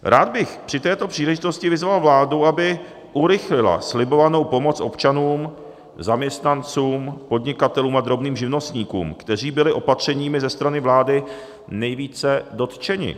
Rád bych při této příležitosti vyzval vládu, aby urychlila slibovanou pomoc občanům, zaměstnancům, podnikatelům a drobným živnostníkům, kteří byli opatřeními ze strany vlády nejvíce dotčeni.